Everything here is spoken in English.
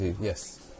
Yes